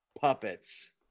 Puppets